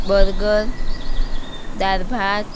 burger દાળ ભાત